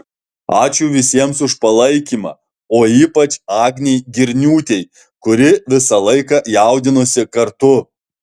ačiū visiems už palaikymą o ypač agnei girniūtei kuri visą laiką jaudinosi kartu